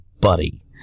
buddy